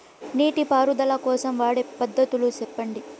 నీటి పారుదల కోసం వాడే పద్ధతులు సెప్పండి?